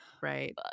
Right